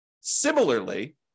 Similarly